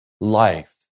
life